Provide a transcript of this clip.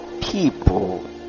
people